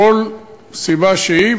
כל סיבה שהיא.